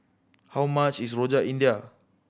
how much is Rojak India